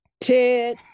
Ted